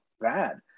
bad